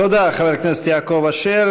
תודה, חבר הכנסת יעקב אשר.